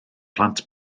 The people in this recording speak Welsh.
plant